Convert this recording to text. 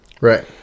Right